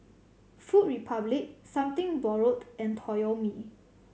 Food Republic Something Borrowed and Toyomi